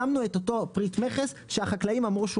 שמנו את אותו פריט מכס שהחקלאים אמרו שהוא